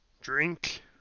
drink